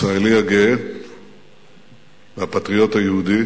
הישראלי הגאה והפטריוט היהודי,